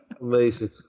Amazing